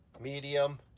medium,